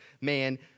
man